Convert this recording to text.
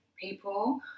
people